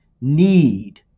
need